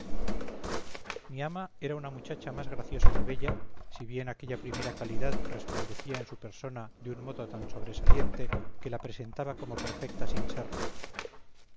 mi ama era una muchacha más graciosa que bella si bien aquella primera calidad resplandecía en su persona de un modo tan sobresaliente que la presentaba como perfecta sin serlo